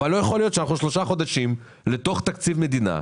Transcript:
אבל לא יכול להיות שאנחנו שלושה חודשים לתוך תקציב מדינה,